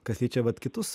kas liečia vat kitus